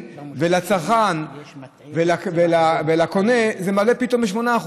ולצרכן ולקונה זה עולה פתאום ב-8%.